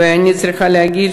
ואני צריכה להגיד